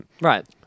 Right